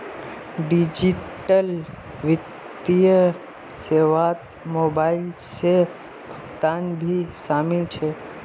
digital वित्तीय सेवात mobile से भुगतान भी शामिल छे